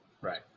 right